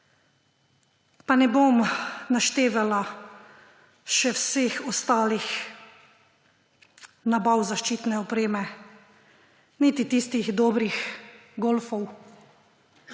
Pa ne bom naštevala še vseh ostalih nabav zaščitne opreme niti tistih dobrih golfov.